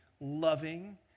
loving